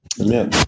Amen